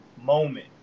moment